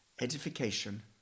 Edification